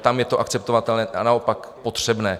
Tam je to akceptovatelné a naopak potřebné.